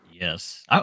Yes